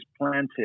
planted